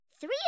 Three